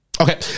Okay